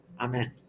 Amen